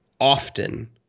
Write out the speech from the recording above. often